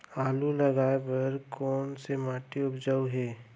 आलू लगाय बर कोन से माटी उपयुक्त हे?